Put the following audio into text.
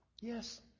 Yes